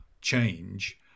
change